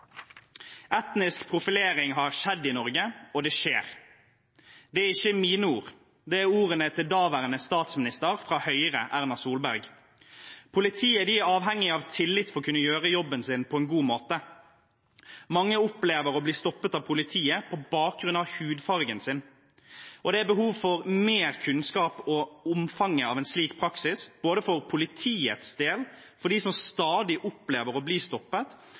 Etnisk profilering har skjedd i Norge, og det skjer. Det er ikke mine ord, det er ordene til daværende statsminister fra Høyre, Erna Solberg. Politiet er avhengig av tillit for å kunne gjøre jobben sin på en god måte. Mange opplever å bli stoppet av politiet på bakgrunn av hudfargen sin, og det er behov for mer kunnskap om omfanget av en slik praksis både for politiets del, for dem som stadig opplever å bli stoppet,